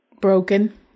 Broken